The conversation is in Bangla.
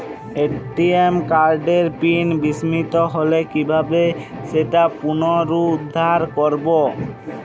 এ.টি.এম কার্ডের পিন বিস্মৃত হলে কীভাবে সেটা পুনরূদ্ধার করব?